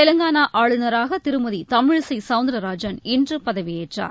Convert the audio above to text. தெலங்கானா ஆளுநராக திருமதி தமிழிசை சவுந்தரராஜன் இன்று பதவியேற்றார்